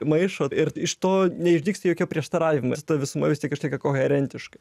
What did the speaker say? maišo ir iš to neišdygsta jokie prieštaravimai nes ta visuma vis tiek išlieka koherentiška